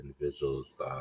individuals